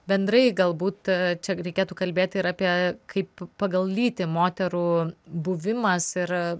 bendrai galbūt čia reikėtų kalbėti ir apie kaip pagal lytį moterų buvimas ir